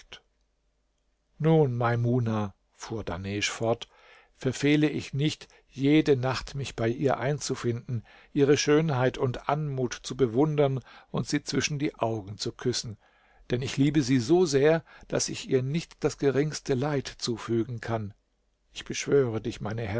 nun maimuna fuhr dahnesch fort verfehle ich nicht jede nacht mich bei ihr einzufinden ihre schönheit und anmut zu bewundern und sie zwischen die augen zu küssen denn ich liebe sie so sehr daß ich ihr nicht das geringste leid zufügen kann ich beschwöre dich